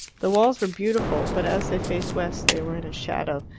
the walls were beautiful, but as they faced west they were in shadow.